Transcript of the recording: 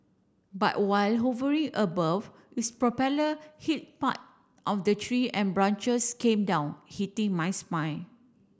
but while hovering above its propeller hit part of the tree and branches came down hitting my spine